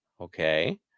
Okay